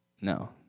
no